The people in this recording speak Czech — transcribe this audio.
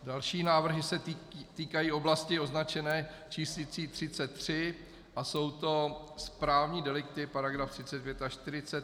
Další návrhy se týkají oblasti označené číslicí 33 a jsou to správní delikty, paragrafy 35 až 40.